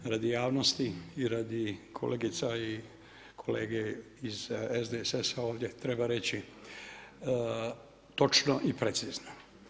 Radi javnosti i radi kolegica i kolege iz SDSS-a ovdje treba reći točno i precizno.